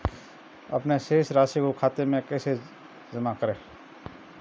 अपने शेष राशि को खाते में जमा कैसे करें?